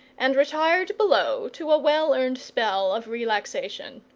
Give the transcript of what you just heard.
and retired below to a well-earned spell of relaxation.